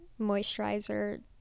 moisturizer